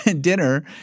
dinner